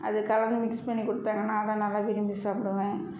அது கலந்து மிக்ஸ் பண்ணி கொடுத்தாங்கனா அதை நல்லா விரும்பி சாப்பிடுவேன்